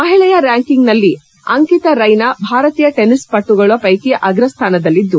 ಮಹಿಳೆಯ ರ್ಕಾಂಕಿಂಗ್ನಲ್ಲಿ ಅಂಕಿತ ರೈನಾ ಭಾರತೀಯ ಟೆನಿಸ್ ಪಟುಗಳ ಪೈಕಿ ಅಗ್ರಸ್ಥಾನದಲ್ಲಿದ್ದು